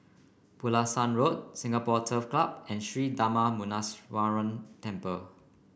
Pulasan Road Singapore Turf Club and Sri Darma Muneeswaran Temple